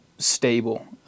Stable